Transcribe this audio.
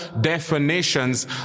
definitions